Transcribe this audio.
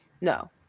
No